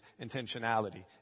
intentionality